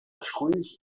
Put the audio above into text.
esculls